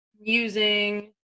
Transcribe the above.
using